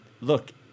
look